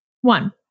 One